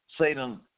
Satan